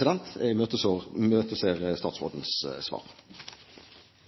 Jeg imøteser statsrådens svar.